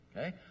Okay